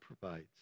provides